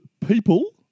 people